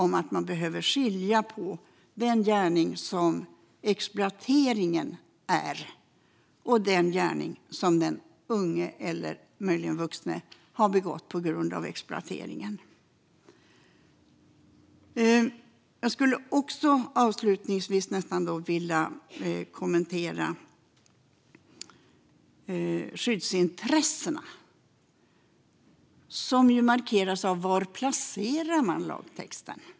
Man behöver skilja på den gärning som exploateringen utgör och den gärning som den unge eller möjligen vuxne har gjort sig skyldig till på grund av exploatering. Jag vill avslutningsvis kommentera skyddsintressena, som markeras av var man placerar lagtexten.